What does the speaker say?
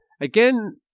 Again